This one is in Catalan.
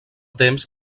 temps